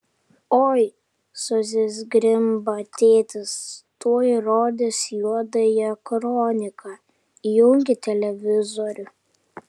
oi susizgrimba tėtis tuoj rodys juodąją kroniką įjunkit televizorių